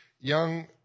young